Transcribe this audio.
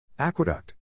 Aqueduct